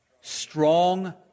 Strong